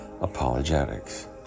Apologetics